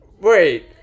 wait